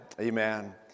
Amen